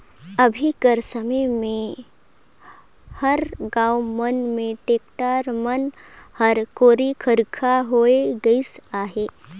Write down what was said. अभी कर समे मे हर गाँव मन मे टेक्टर मन हर कोरी खरिखा होए गइस अहे